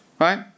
right